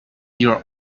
your